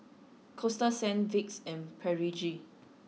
Coasta Sands Vicks and Pedigree